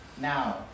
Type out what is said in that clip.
now